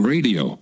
Radio